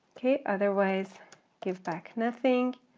okay, otherwise give back nothing